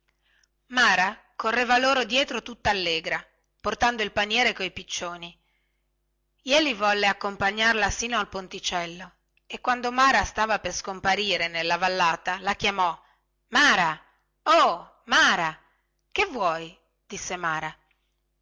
mara correva loro dietro tutta allegra portando il paniere coi piccioni jeli volle accompagnarla sino al ponticello e quando mara stava per scomparire nella vallata la chiamò mara oh mara che vuoi disse mara